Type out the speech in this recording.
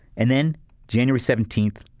and then january seventeenth,